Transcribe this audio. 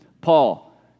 Paul